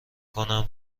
کنم